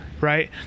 right